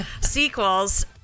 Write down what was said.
sequels